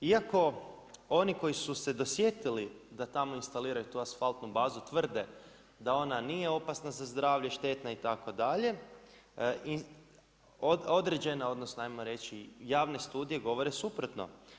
Iako oni koji su se dosjetili da tamo instaliraju tu asfaltnu bazu tvrde da ona nije opasna za zdravlje, štetna itd., određena odnosno ajmo reći, javne studije govore suprotno.